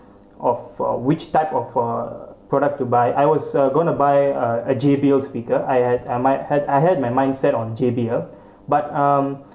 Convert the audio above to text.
of for which type of a product to buy I was uh going to buy a a J_B_L speaker I had um my I had my mindset on J_B_L but um